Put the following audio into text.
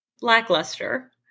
lackluster